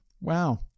Wow